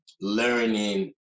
learning